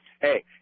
Hey